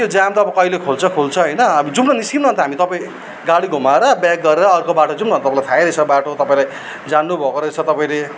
त्यो जाम त अब कहिले खोल्छ खोल्छ होइन अब जाउँ न निस्कौँ न अन्त हामी तपाईँ गाडी घुमाएर ब्याक गरेर अर्को बाटो जाउँ न अनि तपाईँलाई थाहै रहेछ बाटो तपाईँलाई जान्नु भएको रहेछ तपाईँले